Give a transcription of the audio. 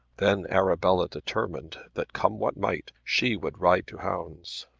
then arabella determined that come what might she would ride to hounds.